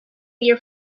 your